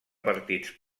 partits